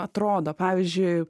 atrodo pavyzdžiui